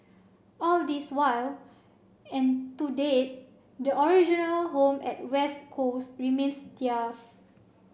all this while and to date the original home at West Coast remains theirs